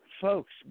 folks